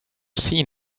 seen